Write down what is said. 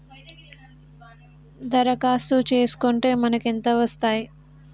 దరఖాస్తు చేస్కుంటే మనకి ఎంత వస్తాయి?